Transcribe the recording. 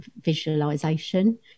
visualization